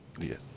Yes